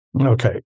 Okay